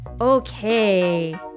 Okay